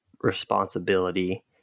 responsibility